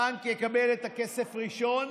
הבנק יקבל את הכסף ראשון,